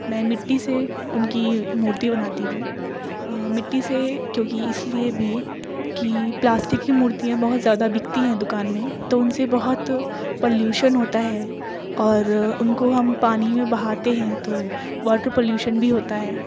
میں مٹی سے ان کی مورتی بناتی ہوں مٹی سے کیونکہ اس لیے بھی کہ پلاسٹک کی مورتیاں بہت زیادہ بکتی ہیں دکان میں تو ان سے بہت پالیوشن ہوتا ہے اور ان کو ہم پانی میں بہاتے ہیں تو واٹر پالیوشن بھی ہوتا ہے